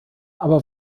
aber